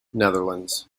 netherlands